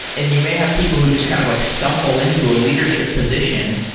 and you may have people who just kind of like stumble into a leadership position.